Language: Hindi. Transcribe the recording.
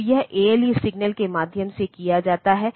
तो यह ALE सिग्नल के माध्यम से किया जाता है